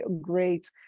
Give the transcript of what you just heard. Great